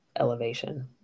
elevation